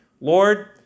Lord